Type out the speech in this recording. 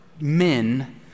men